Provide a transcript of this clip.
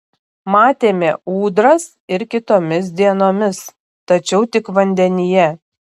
matėme ūdras ir kitomis dienomis tačiau tik vandenyje